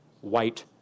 white